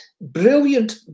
brilliant